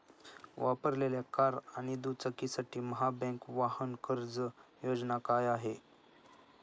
वापरलेल्या कार आणि दुचाकीसाठी महाबँक वाहन कर्ज योजना काय आहे?